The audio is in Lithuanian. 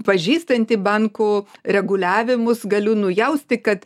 pažįstanti bankų reguliavimus galiu nujausti kad